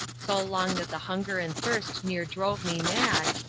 so long that the hunger and thirst near drove me mad,